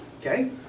Okay